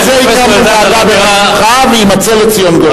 בשביל זה הקמנו את הוועדה בראשותך ויימצא לציון גואל.